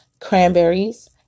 cranberries